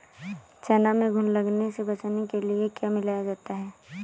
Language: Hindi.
चना में घुन लगने से बचाने के लिए क्या मिलाया जाता है?